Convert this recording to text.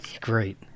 great